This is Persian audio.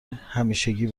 همیشگی